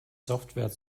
software